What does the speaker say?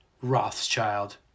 Rothschild